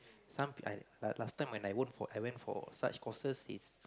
some like like last time when I went for I went for such courses is